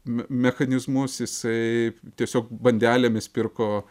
mechanizmus jisai tiesiog bandelėmis pirko